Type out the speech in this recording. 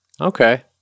Okay